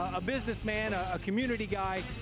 a businessman, ah a community guy,